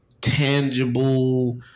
tangible